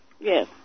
Yes